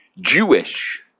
Jewish